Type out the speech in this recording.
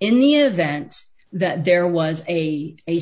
in the events that there was a